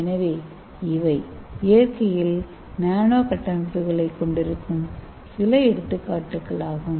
எனவே இவை இயற்கையில் நானோ கட்டமைப்புகளைக் கொண்டிருக்கும் சில எடுத்துக்காட்டுகள் ஆகும்